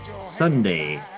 Sunday